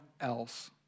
else